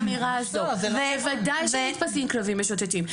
בוודאי שנתפסים כלבים משוטטים,